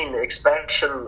expansion